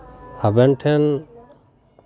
ᱟᱵᱮᱱ ᱴᱷᱮᱱ